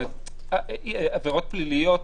עבירות פליליות